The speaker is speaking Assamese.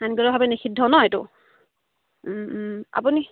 আইনগতভাৱে নিষিদ্ধ ন এইটো আপুনি